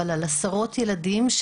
על עשרות ילדים,